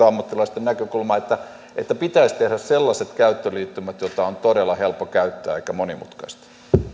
ammattilaisten näkökulma että pitäisi tehdä sellaiset käyttöliittymät joita on todella helppoa käyttää eikä monimutkaista